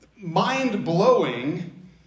mind-blowing